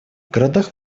городах